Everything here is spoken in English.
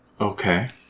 Okay